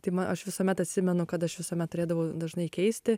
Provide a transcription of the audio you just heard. tai ma aš visuomet atsimenu kad aš visuomet turėdavau dažnai keisti